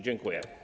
Dziękuję.